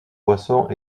poissons